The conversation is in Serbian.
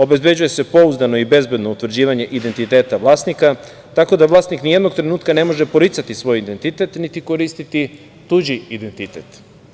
Obezbeđuje se pouzdano i bezbedno utvrđivanje identiteta vlasnika, tako da vlasnik nijednog trenutka ne može poricati svoj identitet, niti koristiti tuđi identitet.